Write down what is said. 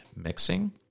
mixing